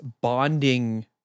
bonding